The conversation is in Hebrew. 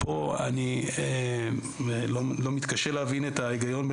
כאן אני מתקשה להבין את ההיגיון.